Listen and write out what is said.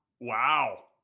Wow